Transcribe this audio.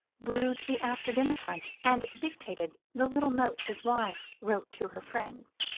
brewed the after-dinner punch and dictated the little notes his wife wrote to her friends.